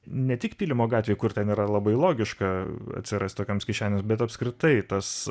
ne tik pylimo gatvėj kur ten yra labai logiška atsirast tokioms kišenėms bet apskritai tas